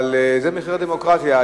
אבל זה מחיר הדמוקרטיה,